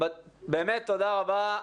תודה רבה.